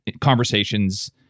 conversations